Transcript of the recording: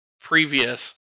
previous